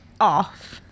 off